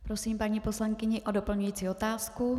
Prosím paní poslankyni o doplňující otázku.